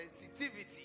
Sensitivity